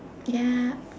yup